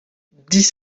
dix